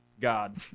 God